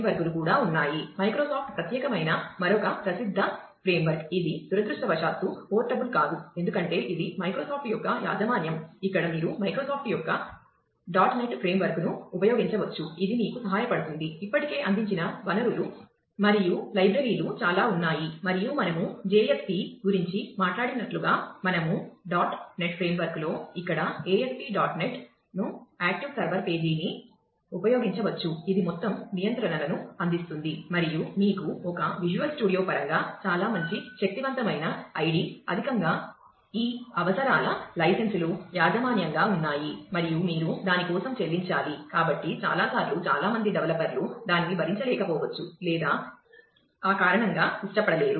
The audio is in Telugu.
వేరే ఇతర ఫ్రేమ్వర్క్లు దానిని భరించలేకపోవచ్చు లేదా ఆ కారణంగా ఇష్టపడలేరు